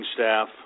staff